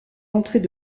entrées